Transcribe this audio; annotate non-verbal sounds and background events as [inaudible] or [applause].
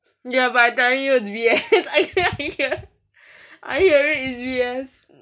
ya but I telling you it's B_S I [laughs] I hear it it's B_S